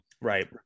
Right